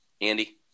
Andy